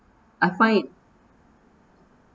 I find it